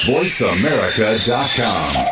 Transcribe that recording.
VoiceAmerica.com